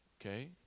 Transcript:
okay